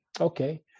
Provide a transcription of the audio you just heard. Okay